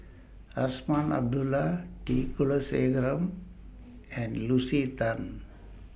Azman Abdullah T Kulasekaram and Lucy Tan